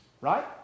right